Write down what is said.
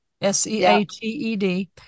S-E-A-T-E-D